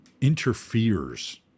interferes